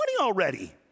already